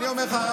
אני אומר לך,